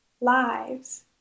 lives